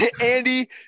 Andy